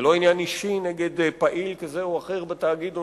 וזה לא עניין אישי נגד פעיל כזה או אחר בתאגיד או